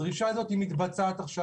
הדרישה הזאת מתבצעת עכשיו,